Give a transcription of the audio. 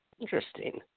Interesting